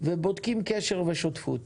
ובודקים קשר ושותפות.